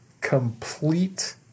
complete